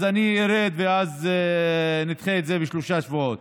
אז אני ארד ואז נדחה את זה בשלושה שבועות.